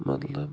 مطلب